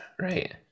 right